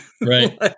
Right